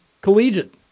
collegiate